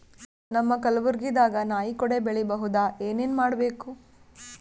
ನಮ್ಮ ಕಲಬುರ್ಗಿ ದಾಗ ನಾಯಿ ಕೊಡೆ ಬೆಳಿ ಬಹುದಾ, ಏನ ಏನ್ ಮಾಡಬೇಕು?